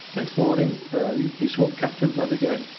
next morning early he sought captain blood again.